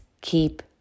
keep